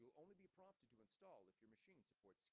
only be prompted to install if your machine support